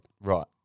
Right